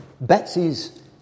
Betsy's